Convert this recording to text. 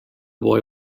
boy